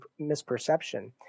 misperception